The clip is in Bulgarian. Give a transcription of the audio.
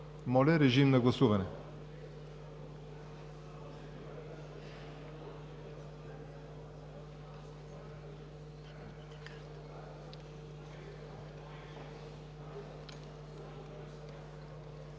моля режим на гласуване